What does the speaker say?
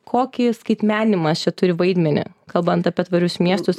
kokį skaitmeninimas čia turi vaidmenį kalbant apie tvarius miestus